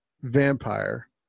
vampire